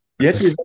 Yes